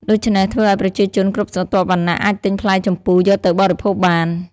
ដូច្នេះធ្វើឱ្យប្រជាជនគ្រប់ស្រទាប់វណ្ណៈអាចទិញផ្លែជម្ពូយកទៅបរិភោគបាន។